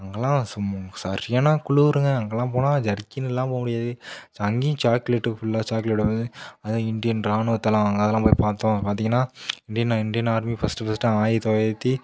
அங்கேலாம் சரியான குளுருங்க அங்கேலாம் போனா ஜர்கின் இல்லாமல் போக முடியாது அங்கேயும் சாக்லேட்டு ஃபுல்லாக சாக்லேட்டு இந்தியன் ராணுவத்தலாம் அங்கே அதெலாம் போய் பார்த்தோம் பார்த்திங்கன்னா Indian Indian army first first ஆயிரத்தி தொள்ளாயிரத்தி